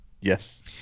Yes